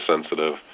sensitive